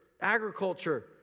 agriculture